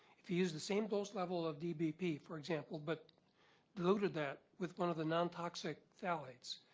if you use the same dose level of dbp, for example, but loaded that with one of the nontoxic phthalates,